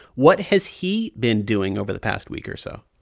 what has he been doing over the past week or so?